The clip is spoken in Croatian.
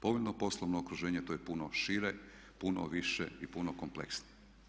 Povoljno poslovno okruženje to je puno šire, puno više i puno kompleksnije.